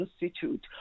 Institute